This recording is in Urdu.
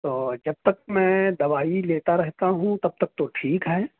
تو جب تک میں دوائی لیتا رہتا ہوں تب تک تو ٹھیک ہے